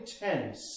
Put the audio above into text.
intense